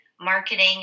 marketing